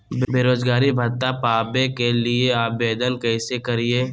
बेरोजगारी भत्ता पावे के लिए आवेदन कैसे करियय?